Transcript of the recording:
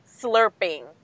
slurping